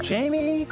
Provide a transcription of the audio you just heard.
Jamie